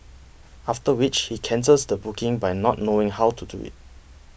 after which he cancels the booking by not knowing how to do it